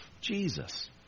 Jesus